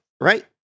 right